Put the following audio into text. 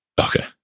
Okay